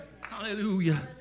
Hallelujah